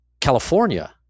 California